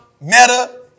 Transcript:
Meta